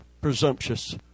presumptuous